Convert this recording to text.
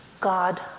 God